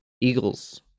Eagles